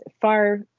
far